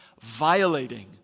violating